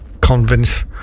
convince